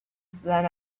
than